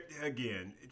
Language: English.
again